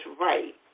right